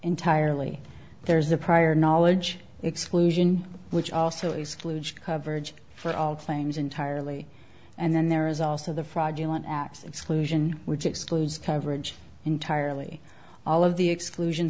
entirely there's a prior knowledge exclusion which also excludes coverage for all claims entirely and then there is also the fraudulent act exclusion which excludes coverage entirely all of the exclusion